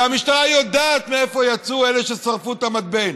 והמשטרה יודעת מאיפה יצאו אלו ששרפו את המתבן,